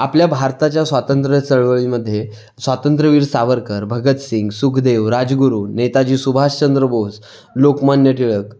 आपल्या भारताच्या स्वातंत्र्य चळवळीमध्ये स्वातंत्रवीर सावरकर भगत सिंग सुखदेव राजगुरू नेताजी सुभाषचंद्र बोस लोकमान्य टिळक